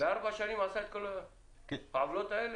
בארבע שנים הוא עשה את כל העוולות האלה?